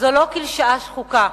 זו לא קלישאה שחוקה.